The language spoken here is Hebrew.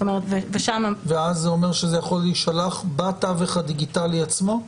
ואז הוא אומר שזה יכול להישלח בתווך הדיגיטלי עצמו?